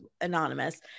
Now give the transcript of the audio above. anonymous